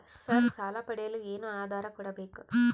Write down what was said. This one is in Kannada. ಸರ್ ಸಾಲ ಪಡೆಯಲು ಏನು ಆಧಾರ ಕೋಡಬೇಕು?